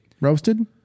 roasted